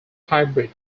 hybrid